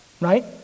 right